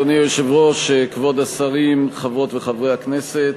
אדוני היושב-ראש, כבוד השרים, חברות וחברי הכנסת,